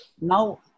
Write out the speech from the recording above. Now